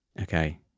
Okay